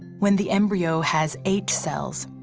when the embryo has eight cells,